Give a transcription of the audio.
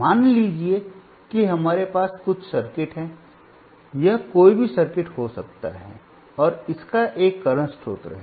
मान लीजिए कि हमारे पास कुछ सर्किट है यह कोई भी सर्किट हो सकता है और इसका एक करंट स्रोत है